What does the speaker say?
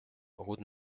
route